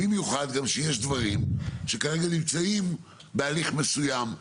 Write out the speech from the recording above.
במיוחד גם שיש דברים שכרגע נמצאים בהליך מסוים,